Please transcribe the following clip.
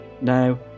Now